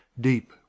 deep